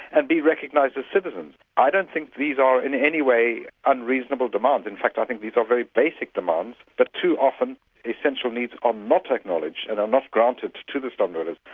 and be recognised as citizens. i don't think these are in any way unreasonable demands. in fact i think these are very basic demands but too often essential needs are not acknowledged and are not granted to the slum-dwellers.